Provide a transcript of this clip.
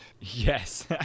Yes